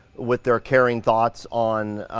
with their caring thoughts on,